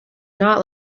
not